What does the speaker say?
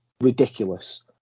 ridiculous